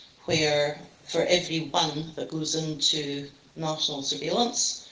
where for every one that goes into national surveillance,